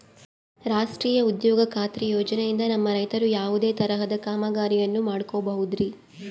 ರಾಷ್ಟ್ರೇಯ ಉದ್ಯೋಗ ಖಾತ್ರಿ ಯೋಜನೆಯಿಂದ ನಮ್ಮ ರೈತರು ಯಾವುದೇ ತರಹದ ಕಾಮಗಾರಿಯನ್ನು ಮಾಡ್ಕೋಬಹುದ್ರಿ?